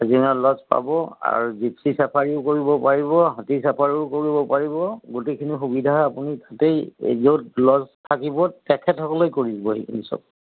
Kaziranga lodge পাব আৰু জিপচি চাফাৰীও কৰিব পাৰিব হাতী চাফাৰীও কৰিব পাৰিব গোটেইখিনি সুবিধা আপুনি তাতেই এই য'ত ল'জ থাকিব তেখেতসকলেই কৰি দিব সেইখিনি চব